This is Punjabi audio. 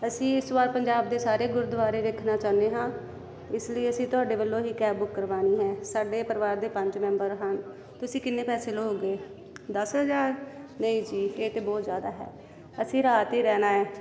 ਅਸੀਂ ਇਸ ਵਾਰ ਪੰਜਾਬ ਦੇ ਸਾਰੇ ਗੁਰਦੁਆਰੇ ਵੇਖਣਾ ਚਾਹੁੰਦੇ ਹਾਂ ਇਸ ਲਈ ਅਸੀਂ ਤੁਹਾਡੇ ਵੱਲੋਂ ਹੀ ਕੈਬ ਬੁੱਕ ਕਰਵਾਉਣੀ ਹੈ ਸਾਡੇ ਪਰਿਵਾਰ ਦੇ ਪੰਜ ਮੈਂਬਰ ਹਨ ਤੁਸੀਂ ਕਿੰਨੇ ਪੈਸੇ ਲਵੋਂਗੇ ਦਸ ਹਜ਼ਾਰ ਨਹੀਂ ਜੀ ਇਹ ਤਾਂ ਬਹੁਤ ਜ਼ਿਆਦਾ ਹੈ ਅਸੀਂ ਰਾਤ ਹੀ ਰਹਿਣਾ ਹੈ